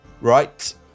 right